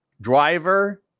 driver